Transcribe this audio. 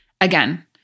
Again